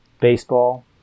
baseball